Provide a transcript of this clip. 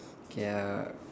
okay uh